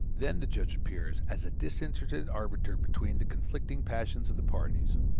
then the judge appears as a disinterested arbiter between the conflicting passions of the parties.